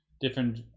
different